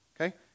Okay